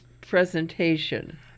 presentation